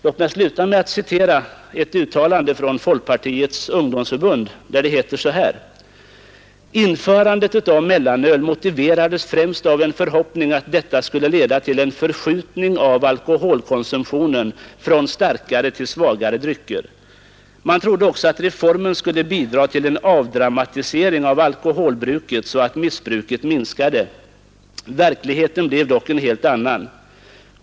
Låt mig sluta med att citera ett uttalande från folkpartiets ungdomsförbund, där det heter: ”Införandet av mellanöl motiverades främst av en förhoppning av att detta skulle leda till en förskjutning av alkoholkonsumtionen från starkare till svagare drycker. Man trodde också att reformen skulle bidra till en avdramatisering av alkoholbruket, så att missbruket minskade. Verkligheten blev dock en helt annan.